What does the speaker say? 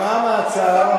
אומנם ההצעה,